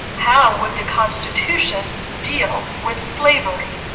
how would the constitution deal with slavery